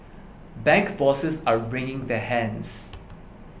bank bosses are wringing their hands